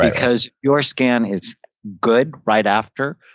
because your scan is good right after.